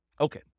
Okay